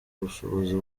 ubushobozi